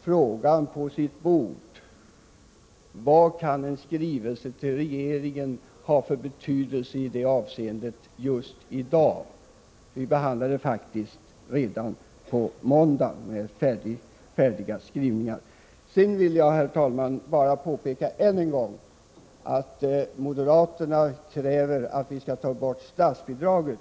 frågan på sitt bord, vad kan då en skrivelse till regeringen ha för betydelse i detta avseende just i dag? Vi behandlar ju frågan redan på måndag och har färdiga skrivelser. Sedan vill jag, herr talman, bara än en gång påpeka att moderaterna kräver att vi skall ta bort statsbidraget.